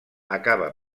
acaba